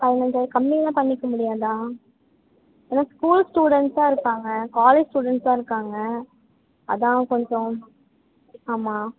அவங்களது கம்மியெலாம் பண்ணிக்க முடியாதா ஏன்னால் ஸ்கூல் ஸ்டூடென்ட்ஸாக இருக்காங்க காலேஜ் ஸ்டூடென்ட்ஸாக இருக்காங்க அதுதான் கொஞ்சம் ஆமாம்